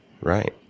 Right